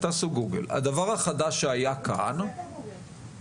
האירוע שהיה כאן הוא אירוע חמור.